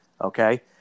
okay